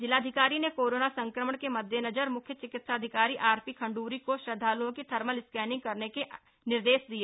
जिलाधिकारी ने कोरोना संक्रमण के मद्देनजर मुख्य चिकित्साधिकारी आरपी खण्डूरी को श्रद्धालुओं की थर्मल स्कैनिंग करने के निर्देश दिए